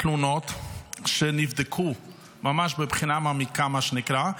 תלונות נבדקו ממש בבחינה מעמיקה, מה שנקרא,